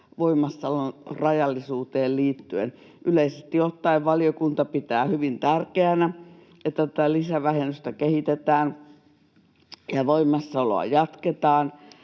voimassaolon rajallisuuteen liittyen. Yleisesti ottaen valiokunta pitää hyvin tärkeänä, että tätä lisävähennystä kehitetään ja voimassaoloa jatketaan.